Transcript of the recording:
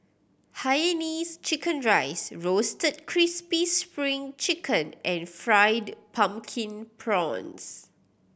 hainanese chicken rice Roasted Crispy Spring Chicken and Fried Pumpkin Prawns